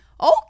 okay